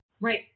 right